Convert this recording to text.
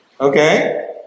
okay